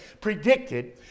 predicted